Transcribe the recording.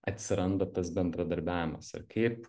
atsiranda tas bendradarbiavimas ir kaip